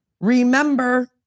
remember